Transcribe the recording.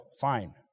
Fine